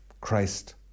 Christ